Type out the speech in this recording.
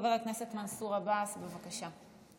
חבר הכנסת מנסור עבאס, בבקשה.